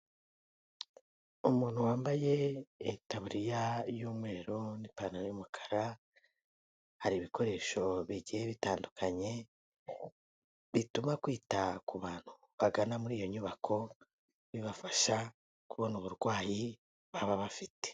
Umuntu wambaye itabuririya y'umweru n'ipantaro y'umukara, hari ibikoresho bigiye bitandukanye bituma kwita ku bantu bagana muri iyo nyubako, bibafasha kubona uburwayi baba bafite.